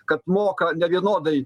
kad moka nevienodai